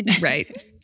Right